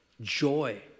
joy